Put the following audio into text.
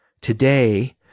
Today